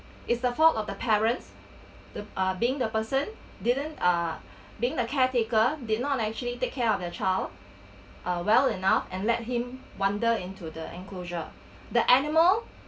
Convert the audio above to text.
is the fault of the parents the uh being the person didn't uh being the caretaker did not actually take care of their child uh well enough and let him wander into the enclosure the animal